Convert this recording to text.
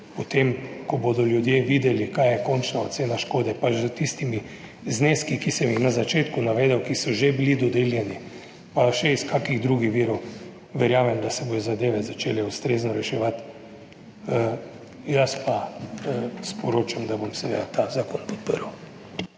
potem, ko bodo ljudje videli kaj je končna ocena škode, pa s tistimi zneski, ki sem jih na začetku navedel, ki so že bili dodeljeni, pa še iz kakšnih drugih virov. Verjamem, da se bodo zadeve začele ustrezno reševati. Jaz pa sporočam, da bom seveda ta zakon podprl.